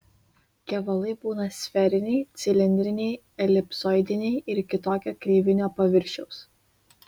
kevalai būna sferiniai cilindriniai elipsoidiniai ir kitokio kreivinio paviršiaus